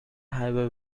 highway